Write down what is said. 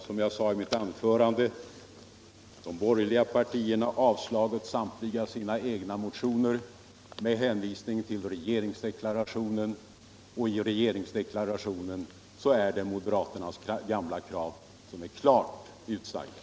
som jag sade i mitt anförande, de borgerliga partierna har avstyrkt samtliga sina motioner med hänvisning till regeringsdeklarationen, och I regeringsdeklarationen är .moderaternas gamla krav klart utsagda.